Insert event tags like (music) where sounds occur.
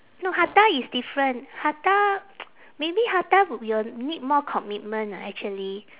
no hatha is different hatha (noise) maybe hatha you will need more commitment ah actually